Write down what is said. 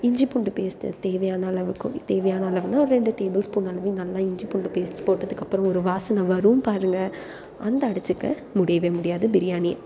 இஞ்சி பூண்டு பேஸ்ட் தேவையான அளவுக்கு தேவையான அளவில் ஒரு ரெண்டு டேபிள் ஸ்பூன் அளவு நல்லா இஞ்சி பூண்டு பேஸ்ட் போட்டதுக்கப்புறம் ஒரு வாசனை வரும் பாருங்க அந்த அடிச்சிக்க முடியவே முடியாது பிரியாணி